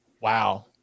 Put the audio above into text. Wow